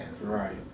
Right